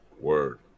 Word